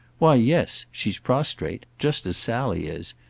why yes, she's prostrate just as sally is.